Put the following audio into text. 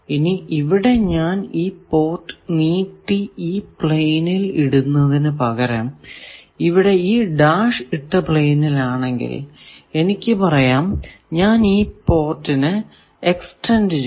ഇനി ഇവിടെ ഞാൻ ഈ പോർട്ട് നീട്ടി ഈ പ്ലെയിനിൽ ഇടുന്നതിനു പകരം ഇവിടെ ഈ ഡാഷ് ഇട്ട പ്ലെയിനിൽ ആണെങ്കിൽ എനിക്ക് പറയാം ഞാൻ ഈ പോർട്ടിനെ എക്സ്റ്റന്റ് ചെയ്തു